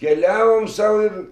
keliavom sau ir